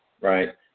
Right